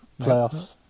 Playoffs